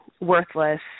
worthless